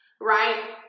Right